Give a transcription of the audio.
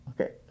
okay